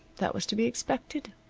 that was to be expected.